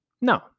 No